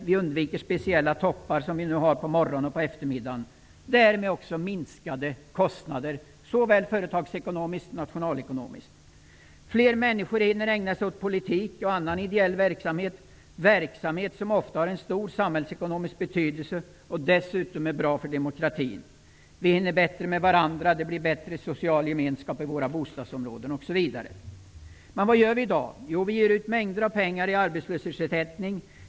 Vi undviker de speciella toppar som vi nu har på morgonen och på eftermiddagen. Därmed minskar kostnaderna såväl för företagen som för staten. Fler människor hinner ägna sig åt politik och annan ideell verksamhet, verksamhet som ofta har en stor samhällsekonomisk betydelse och som dessutom är bra för demokratin. Vi hinner bättre med varandra, det blir bättre social gemenskap i våra bostadsområden, osv. Vad gör vi i dag? Jo, vi betalar ut mängder av pengar i arbetslöshetsersättning.